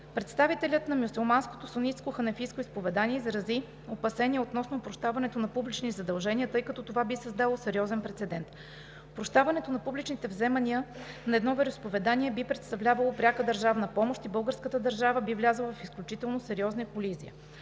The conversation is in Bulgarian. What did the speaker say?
Представителят на Мюсюлманското сунитско ханефитско изповедание изрази опасения относно опрощаването на публични задължения, тъй като това би създало сериозен прецедент. Опрощаването на публичните вземания на едно вероизповедание би представлявало пряка държавна помощ и българската държава би влязла в изключително сериозна колизия.